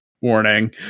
warning